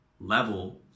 level